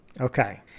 Okay